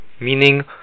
Meaning